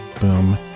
boom